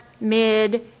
mid